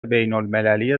بینالمللی